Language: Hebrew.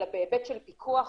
אלא בהיבט של פיקוח,